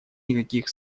никаких